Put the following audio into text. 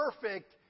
perfect